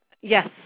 Yes